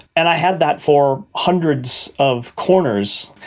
and i had that for hundreds of corners,